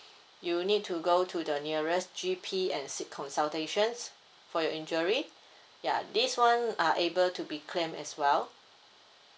you need to go to the nearest G_P and seek consultations for your injury ya this one are able to be claim as well